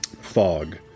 fog